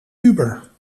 uber